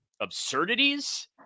absurdities